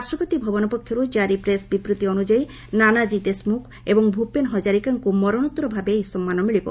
ରାଷ୍ଟ୍ରପତି ଭବନ ପକ୍ଷରୁ କାରି ପ୍ରେସ୍ ବିବୃଭି ଅନୁଯାୟୀ ନାନାଜୀ ଦେଶମୁଖ ଏବଂ ଭୂପେନ ହଜାରିକାଙ୍କୁ ମରଣୋତ୍ତର ଭାବେ ଏହି ସମ୍ମାନ ମିଳିବ